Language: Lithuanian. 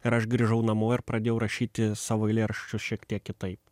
ir aš grįžau namo ir pradėjau rašyti savo eilėraščius šiek tiek kitaip